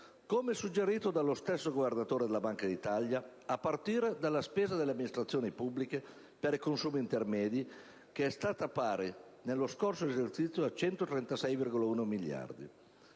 come suggerito dallo stesso Governatore della Banca d'Italia, a partire dalla spesa delle amministrazioni pubbliche per i consumi intermedi, che è stata pari nello scorso esercizio a 136,1 miliardi,